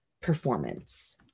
performance